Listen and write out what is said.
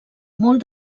molt